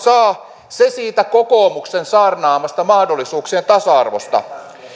lapset saavat se siitä kokoomuksen saarnaamasta mahdollisuuksien tasa arvosta